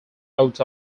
out